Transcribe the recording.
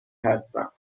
هستم